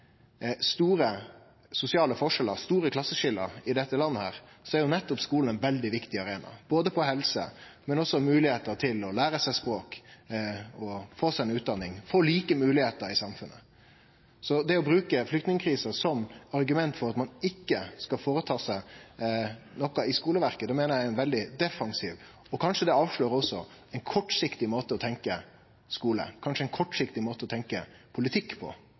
store sosiale forskjellar, store klasseskilje, i dette landet, er nettopp skulen ein veldig viktig arena, både for helse og for moglegheiter til å lære seg språk og få seg ei utdanning, få like moglegheiter i samfunnet. Å bruke flyktningkrisa som argument for at ein ikkje skal gjere noko i skuleverket, meiner eg er ein veldig defensiv – og kanskje det også avslørar ein kortsiktig – måte å tenkje skule på, kanskje ein kortsiktig måte å tenkje politikk på,